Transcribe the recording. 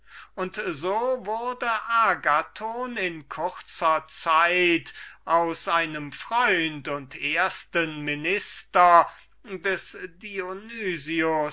und so wurde agathon in kurzer zeit aus einem freund und ersten minister des